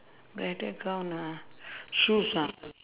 bridal gown ah shoes ah